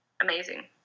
amazing